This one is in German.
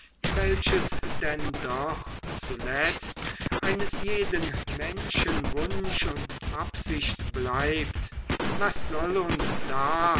welches denn doch zuletzt eines jeden menschen wunsch und absicht bleibt was soll uns da